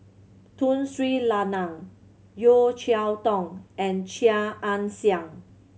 Tun Sri Lanang Yeo Cheow Tong and Chia Ann Siang